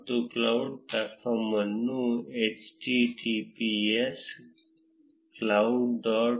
ಈ cloud platform ಅನ್ನು https cloud